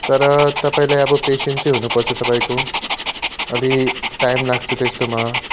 तर तपाईँलाई अब पेसेन्स चाहिँ हुनुपर्छ तपाईँको अलि टाइम लाग्छ त्यस्तोमा